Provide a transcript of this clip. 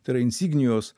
tai yra insignijos